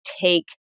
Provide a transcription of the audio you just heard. take